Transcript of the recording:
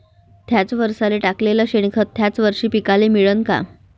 थ्याच वरसाले टाकलेलं शेनखत थ्याच वरशी पिकाले मिळन का?